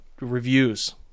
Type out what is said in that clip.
reviews